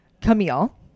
Camille